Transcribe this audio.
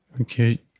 Okay